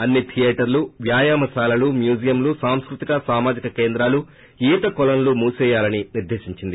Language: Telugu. అన్ని దియేటర్లు వ్యాయామశాలలు మ్యూజియంలు సాంస్పృతిక సామాజిక కేంద్రాలు ఈత కోలనులు మూసివేయాలని నిర్దేశించింది